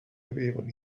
avevano